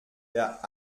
der